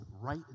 right